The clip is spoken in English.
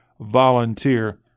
volunteer